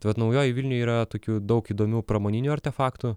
tai vat naujojoj vilnioj yra tokių daug įdomių pramoninių artefaktų